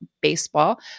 baseball